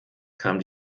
kam